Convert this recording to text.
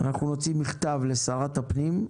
אנחנו נוציא מכתב לשרת הפנים,